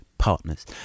partners